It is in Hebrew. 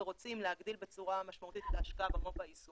ורוצים להגדיל בצורה משמעותית את ההשקעה במו"פ היישומי,